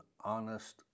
honest